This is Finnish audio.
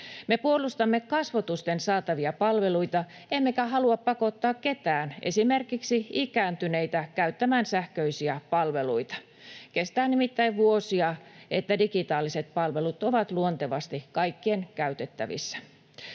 Me puolustamme kasvotusten saatavia palveluita, emmekä halua pakottaa ketään, esimerkiksi ikääntyneitä, käyttämään sähköisiä palveluita. Kestää nimittäin vuosia, että digitaaliset palvelut ovat luontevasti kaikkien käytettävissä.